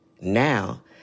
Now